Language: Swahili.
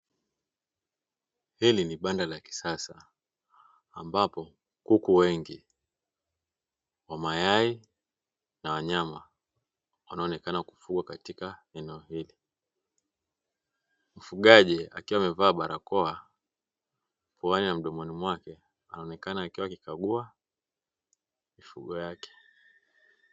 Hili ni banda la kisasa ambapo kuku wengi wa mayai na wa nyama wanaonekana kufugwa katika eneo hili, mfugaji akiwa amevaa barakoa puani na mdomoni mwake anaonekana akiwa anakagua mifugo yake.